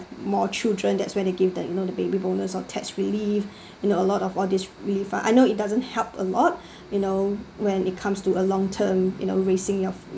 more children that's where they give that you know the baby bonus or tax relief you know a lot of all these refund I know it doesn't help a lot you know when it comes to a long term raising of